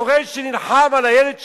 הורה שנלחם על הילד שלו,